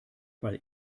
weil